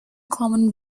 common